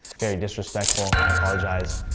very disrespectful. i apologize.